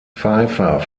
pfeiffer